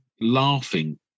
laughing